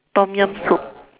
Tom-Yum soup